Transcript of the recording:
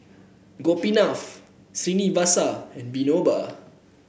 Gopinath Srinivasa and Vinoba